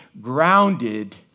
grounded